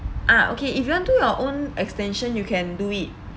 ah okay if you want do your own extension you can do it